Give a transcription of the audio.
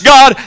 God